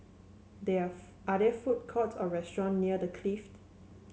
there are are there food courts or restaurant near The Clift